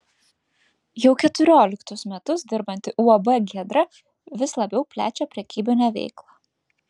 jau keturioliktus metus dirbanti uab giedra vis labiau plečia prekybinę veiklą